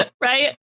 Right